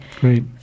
Great